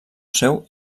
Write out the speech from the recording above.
seu